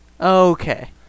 Okay